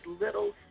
little